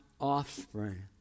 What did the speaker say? offspring